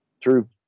True